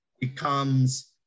becomes